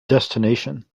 destination